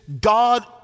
God